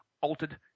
altered